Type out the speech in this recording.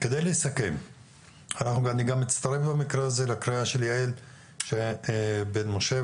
אני מצטרף במקרה הזה לקריאה של יעל רון בן משה,